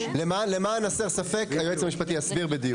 למען הסר ספק, היועץ המשפטי יסביר בדיוק.